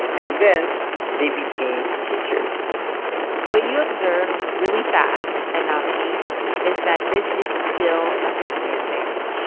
and then they became teachers what you observe really fast at nawahi is that this is still a family affair.